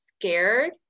scared